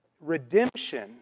Redemption